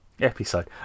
episode